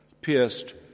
pierced